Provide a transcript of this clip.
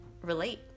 relate